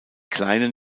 kleinen